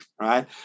right